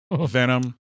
Venom